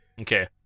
Okay